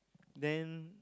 then